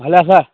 ভালে আছা